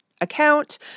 Account